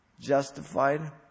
justified